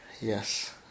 Yes